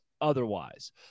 otherwise